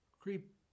creep